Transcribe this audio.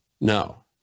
No